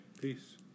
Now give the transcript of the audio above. Peace